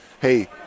hey